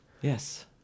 yes